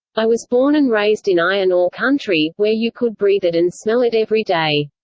i was born and raised in iron ore country, where you could breathe it and smell it every day.